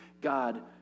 God